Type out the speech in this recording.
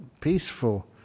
peaceful